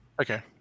okay